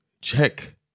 check